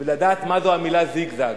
ולדעת מה זו המלה "זיגזג",